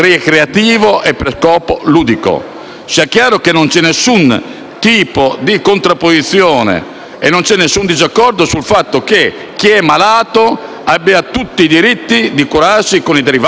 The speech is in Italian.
sia chiaro che non vi è alcun tipo di contrapposizione e disaccordo sul fatto che chi è malato abbia tutti i diritti di curarsi con i derivati della *cannabis*.